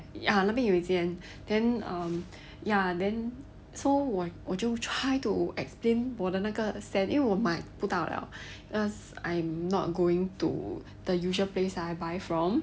ya 那边有一间 then um ya then so 我我就 try to explain 我的那个 scent 因为我买不到 liao cause I'm not going to the usual place I buy from